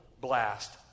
blast